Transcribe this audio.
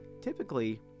typically